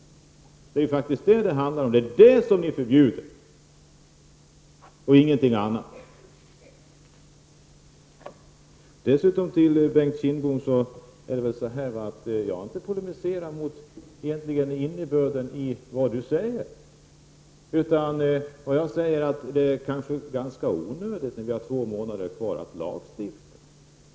Det är detta det handlar om, och det är det ni vill förbjuda. Jag har egentligen inte polemiserat mot innebörden i det Bengt Kindbom säger, utan jag har sagt att det är kanske onödigt att lagstifta, när det är två månader kvar.